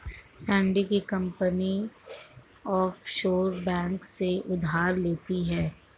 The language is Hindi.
सैंडी की कंपनी ऑफशोर बैंक से उधार लेती है